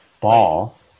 ball